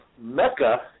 Mecca